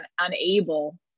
unable